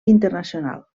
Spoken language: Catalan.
internacional